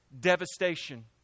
devastation